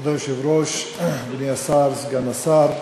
כבוד היושב-ראש, אדוני השר, סגן השר,